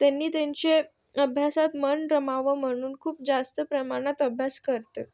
त्यांनी त्यांचे अभ्यासात मन रमावं म्हणून खूप जास्त प्रमाणात अभ्यास करते